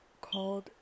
called